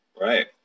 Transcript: Right